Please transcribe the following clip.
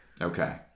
Okay